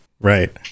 right